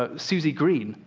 ah susie green,